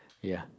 ya